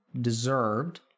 deserved